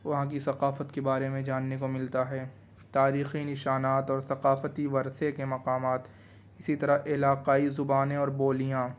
وہاں کی ثقافت کے بارے میں جاننے کو ملتا ہے تاریخی نشانات اور ثقافتی ورثے کے مقامات اسی طرح علاقائی زبانیں اور بولیاں